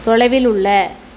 தொலைவில் உள்ள